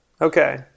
Okay